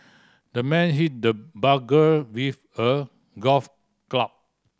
the man hit the burglar with a golf club